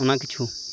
ᱚᱱᱟ ᱠᱤᱪᱷᱩ